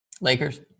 Lakers